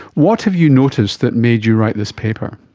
what have you noticed that made you write this paper?